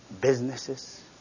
businesses